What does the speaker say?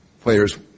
players